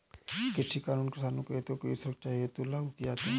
कृषि कानून किसानों के हितों की सुरक्षा हेतु लागू किए जाते हैं